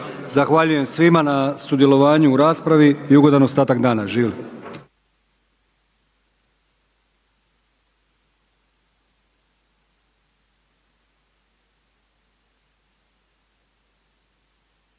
Zahvaljujem svima na sudjelovanju u raspravi i ugodan ostatak dana. Živjeli!